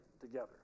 together